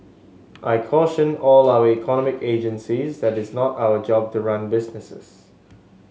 I caution all our economic agencies that is not our job to run businesses